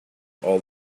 all